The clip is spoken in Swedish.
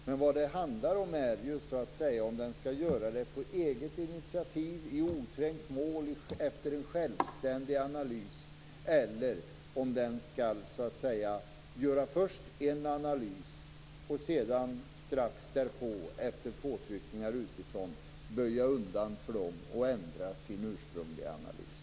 Men vad det handlar om är om regeringen skall göra det på eget initiativ, i oträngt mål och efter en självständig analys, eller om den först skall göra en analys och sedan strax därpå, efter påtryckningar utifrån, böja undan för dem och ändra sin ursprungliga analys.